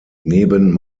neben